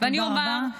תודה רבה.